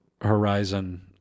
horizon